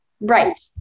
Right